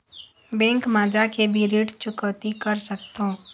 Bank मा जाके भी ऋण चुकौती कर सकथों?